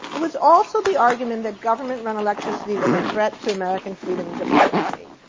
it was also the argument that government-run electricity was a threat to american freedom and democracy.